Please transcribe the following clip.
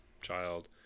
child –